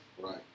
Right